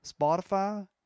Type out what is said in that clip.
Spotify